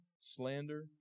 slander